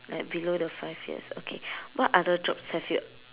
like below the five years okay what other jobs have you